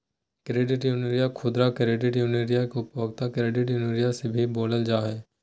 credit union खुदरा credit union आर उपभोक्ता क्रेडिट यूनियन भी बोलल जा हइ